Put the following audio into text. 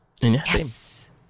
Yes